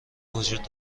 وجود